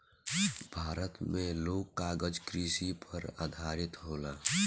भारत मे लोग कागज कृषि पर आधारित होला